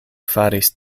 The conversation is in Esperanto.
faris